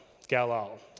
Galal